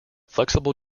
flexible